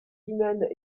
humaines